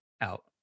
out